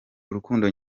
urukundo